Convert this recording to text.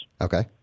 Okay